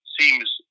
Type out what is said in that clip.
seems